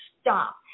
stop